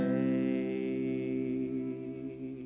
the